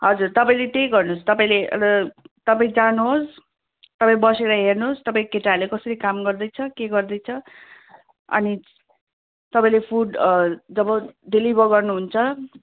हजुर तपाईँले त्यही गर्नु होस् तपाईँले तपाईँ जानु होस् तपाईँ बसेर हेर्नु होस् तपाईँको केटाहरूले कसरी काम गर्दैछ के गर्दैछ अनि तपाईँले फुड जब डेलिभर गर्नु हुन्छ